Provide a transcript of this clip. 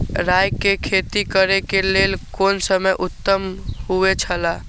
राय के खेती करे के लेल कोन समय उत्तम हुए छला?